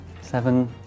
Seven